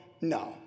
no